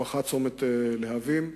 בואכה צומת להבים,